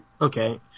okay